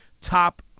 top –